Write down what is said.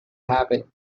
happen